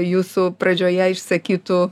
jūsų pradžioje išsakytu